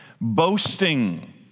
boasting